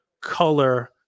color